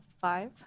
five